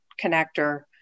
connector